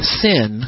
sin